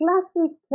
classic